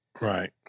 Right